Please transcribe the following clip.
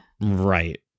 Right